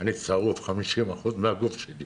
אני שרוף ב-50% מן הגוף שלי